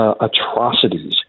Atrocities